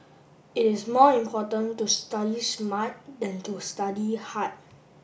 it is more important to study smart than to study hard